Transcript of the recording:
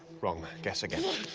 wrong. guess again.